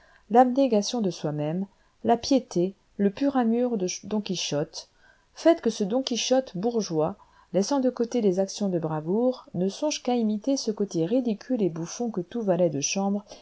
l'abnégation de soi-même la piété le pur amour de don quichotte faites que ce don quichotte bourgeois laissant de côté les actions de bravoure ne songe qu'à imiter ce côté ridicule et bouffon que tout valet de chambre